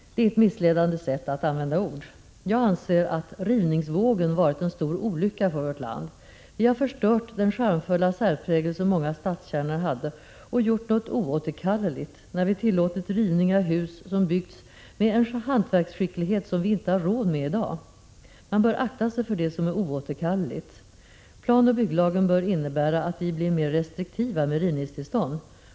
Det är ett missledande sätt att använda ord. Jag Prot. 1986/87:36 = anser att rivningsvågen varit en stor olycka för vårt land. Vi har förstört den 26 november 1986 charmfulla särprägel som många stadskärnor hade och gjort något oåterkal Im or or — dleligt, när vi tillåtit rivning av hus som byggts med en hantverksskicklighet som vi inte har råd med i dag. Man bör akta sig för det som är oåterkalleligt. Planoch bygglagen bör innebära att vi blir mer restriktiva med rivningstillstånd.